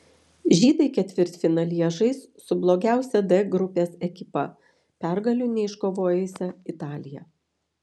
žydai ketvirtfinalyje žais su blogiausia d grupės ekipa pergalių neiškovojusia italija